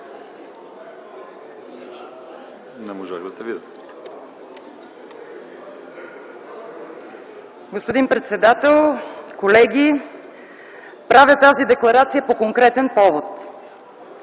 НИНОВА (КБ): Господин председател, колеги! Правя тази декларация по конкретен повод.